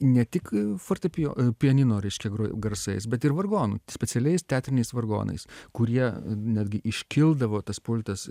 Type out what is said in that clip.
ne tik fortepijo a pianino reiškia gro garsais bet ir vargonų specialiais teatriniais vargonais kurie netgi iškildavo tas pultas